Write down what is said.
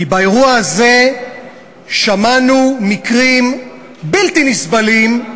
כי באירוע הזה שמענו על מקרים בלתי נסבלים,